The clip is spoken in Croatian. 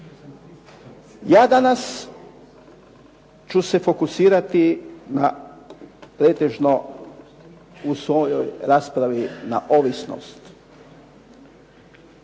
Ja danas ću se fokusirati na pretežno u svojoj raspravi na ovisnost,